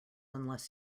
unless